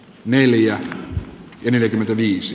neljä yneljäkymmentäviisi